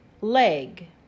leg